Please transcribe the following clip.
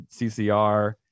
CCR